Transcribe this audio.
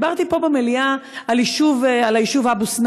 דיברתי פה במליאה על היישוב אבו-סנאן,